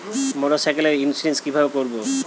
মোটরসাইকেলের ইন্সুরেন্স কিভাবে করব?